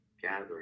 gathering